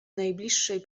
najbliższej